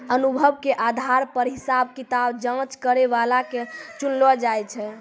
अनुभव के आधार पर हिसाब किताब जांच करै बला के चुनलो जाय छै